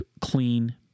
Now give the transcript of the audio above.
clean